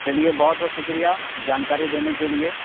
چلیے بہت بہت شکریہ جانکاری دینے کے لیے